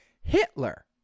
Hitler